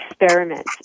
experiment